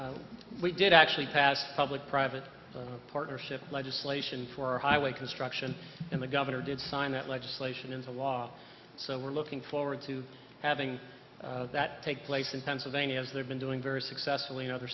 yes we did actually pass public private partnership legislation for highway construction and the governor did sign that legislation into law so we're looking forward to having that take place in pennsylvania as they've been doing very successfully other